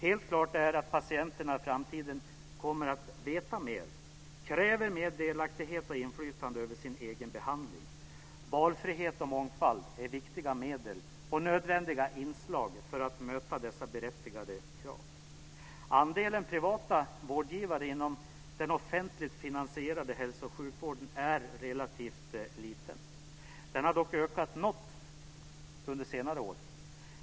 Helt klart är att patienterna i framtiden kommer att veta mer och kräva mer delaktighet och inflytande över sin egen behandling. Valfrihet och mångfald är viktiga medel och nödvändiga inslag för att möta dessa berättigade krav. Andelen privata vårdgivare inom den offentligt finansierade hälso och sjukvården är relativt liten. Den har dock ökat något under senare år.